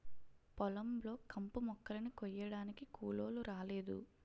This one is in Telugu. పొలం లో కంపుమొక్కలని కొయ్యడానికి కూలోలు రాలేదు